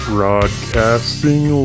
Broadcasting